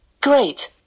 Great